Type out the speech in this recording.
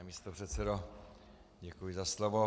Pane místopředsedo, děkuji za slovo.